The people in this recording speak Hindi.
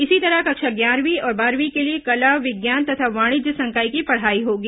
इसी तरह कक्षा ग्यारहवीं और बारहवीं के लिए कला विज्ञान तथा वाणिज्य संकाय की पढ़ाई होगी